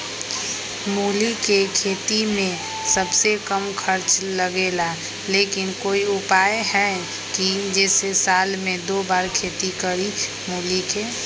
मूली के खेती में सबसे कम खर्च लगेला लेकिन कोई उपाय है कि जेसे साल में दो बार खेती करी मूली के?